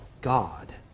God